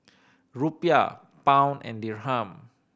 Rupiah Pound and Dirham